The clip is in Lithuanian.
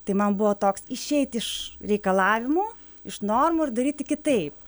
tai man buvo toks išeiti iš reikalavimų iš normų ir daryti kitaip